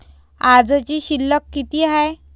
आजची शिल्लक किती हाय?